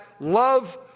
love